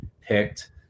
picked